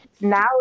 now